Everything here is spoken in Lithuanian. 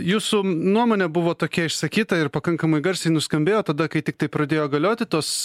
jūsų nuomonė buvo tokia išsakyta ir pakankamai garsiai nuskambėjo tada kai tiktai pradėjo galioti tos